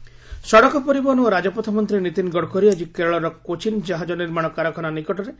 Gadkari dry dock ସଡ଼କ ପରିବହନ ଓ ରାଜପଥ ମନ୍ତ୍ରୀ ନୀତିନ୍ ଗଡ଼କରୀ ଆଜି କେରଳର କୋଚିନ୍ ଜାହାକ ନିର୍ମାଣ କାରଖାନା ନିକଟରେ